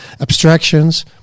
abstractions